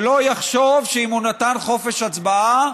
שלא יחשוב שאם הוא נתן חופש הצבעה,